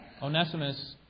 Onesimus